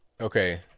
Okay